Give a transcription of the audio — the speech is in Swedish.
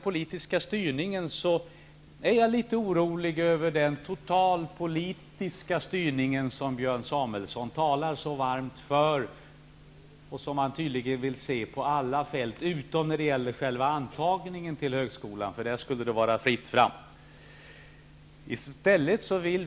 Jag är litet orolig över den totalpolitiska styrning som Björn Samuelson talar så varmt för och som han tydligen vill se på alla fält utom när det gäller själva antagningen till högskolan. Där skall det vara fritt fram.